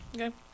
Okay